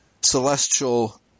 celestial